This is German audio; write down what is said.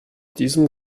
diesem